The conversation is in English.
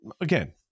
again